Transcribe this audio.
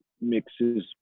mixes